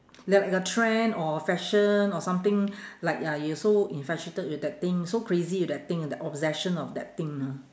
like a like a trend or fashion or something like ya you're so infatuated with that thing so crazy with that thing the obsession of that thing ah